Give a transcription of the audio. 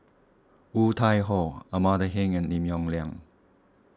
Woon Tai Ho Amanda Heng and Lim Yong Liang